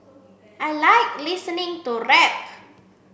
I like listening to rap